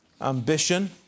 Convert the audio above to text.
ambition